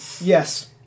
Yes